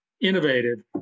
innovative